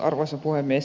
arvoisa puhemies